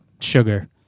sugar